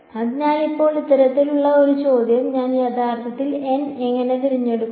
അതിനാൽ ഇപ്പോൾ ഇത്തരത്തിലുള്ള ഒരു ചോദ്യം ഞാൻ യഥാർത്ഥത്തിൽ n എങ്ങനെ തിരഞ്ഞെടുക്കും